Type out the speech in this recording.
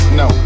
no